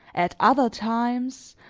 at other times,